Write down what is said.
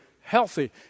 healthy